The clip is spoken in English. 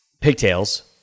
pigtails